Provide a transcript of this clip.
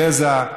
גזע,